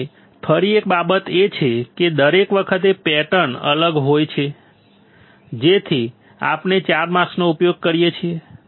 હવે ફરી એક બાબત એ છે કે દરેક વખતે પેટર્ન અલગ હોય છે તેથી જ આપણે 4 માસ્કનો ઉપયોગ કરીએ છીએ